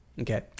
Okay